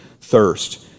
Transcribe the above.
thirst